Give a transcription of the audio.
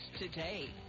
today